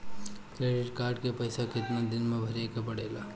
Credit card के पइसा कितना दिन में भरे के पड़ेला?